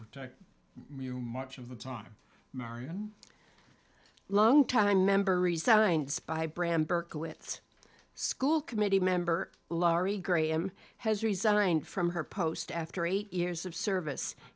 protect me to much of the time marion long time member resigns by bram berkowitz school committee member laurie graham has resigned from her post after eight years of service